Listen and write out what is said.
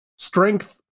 Strength